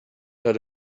had